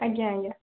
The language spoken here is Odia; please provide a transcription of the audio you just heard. ଆଜ୍ଞା ଆଜ୍ଞା